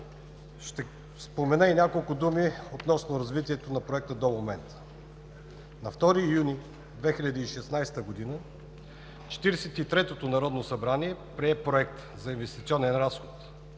Ще спомена и няколко думи относно развитието на Проекта до момента. На 2 юни 2016 г. Четиридесет и третото народно събрание прие Проект за инвестиционен разход,